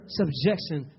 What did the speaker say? subjection